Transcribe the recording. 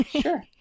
Sure